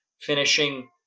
finishing